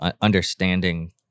understanding